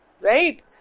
right